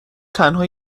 تنها